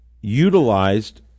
utilized